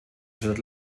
stadt